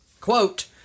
Quote